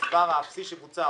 המספר האפסי שבוצע,